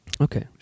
Okay